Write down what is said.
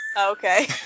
okay